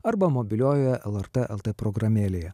arba mobiliojoje lrt el t programėlėje